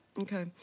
Okay